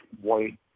white